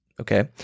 okay